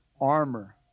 armor